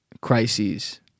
crises